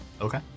Okay